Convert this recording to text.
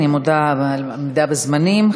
אני מודה על העמידה בזמנים.